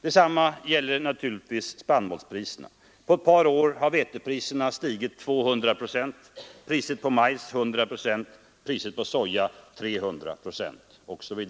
Detsamma gäller naturligtvis spannmålspriserna. På ett par år har vetepriserna stigit 200 procent, priset på majs 100 procent, priset på soja 300 procent osv.